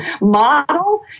model